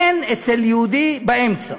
אין אצל יהודי באמצע.